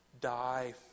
die